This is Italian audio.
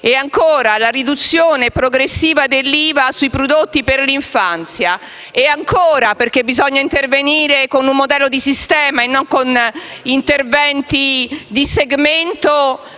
e ancora, la riduzione progressiva dell'IVA sui prodotti per l'infanzia. Inoltre - perché bisogna intervenire con un modello di sistema e non con interventi di segmento